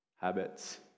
habits